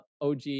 OG